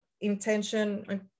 intention